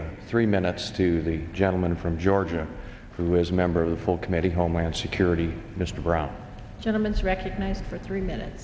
go three minutes to the gentleman from georgia where as a member of the full committee homeland security mr brown sentiments recognized for three minutes